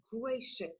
gracious